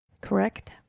correct